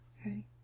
Okay